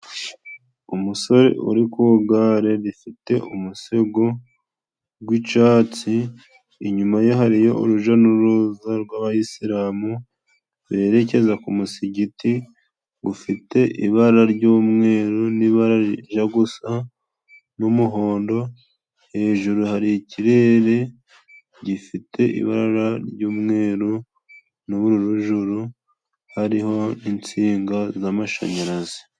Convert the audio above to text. Umusore uri ku gare rifite umusego gw'icatsi, inyuma ye hariyo uruja n'uruza rw'abayisilamu gwerekeza ku musigiti gufite ibara ry'umweru n'ibara rija gusa n'umuhondo hejuru hari ikirere gifite ibara ry'umweru n'ubururu juru, hariho insinga z'amashanyarazi.